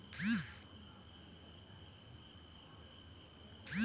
सरकारी कृषि जलकूप योजना के लाभ लेली सकै छिए?